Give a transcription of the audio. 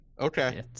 Okay